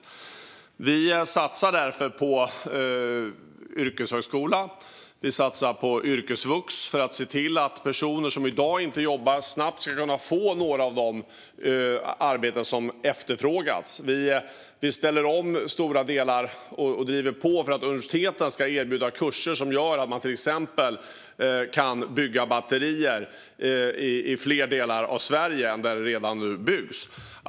Regeringen satsar därför på yrkeshögskolan och yrkesvux för att personer som i dag inte jobbar snabbt ska kunna bli en del av den arbetskraft som efterfrågas. Vi ställer om och driver på för att universiteten ska erbjuda kurser så att det kan byggas batterier i fler delar av Sverige än nu.